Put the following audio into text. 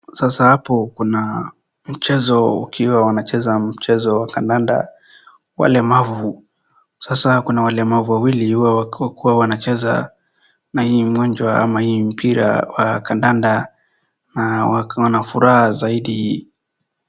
Sasa hapo kuna mchezo wakiwa wanacheza mchezo wa kandanda walemavu sasa kuna walemavu wawili wakiwa wanacheza na hii monjo ama hii mpira wa kandanda na wana furaha zaidi.